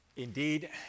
Indeed